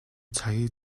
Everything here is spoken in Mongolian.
цагийг